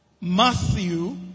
Matthew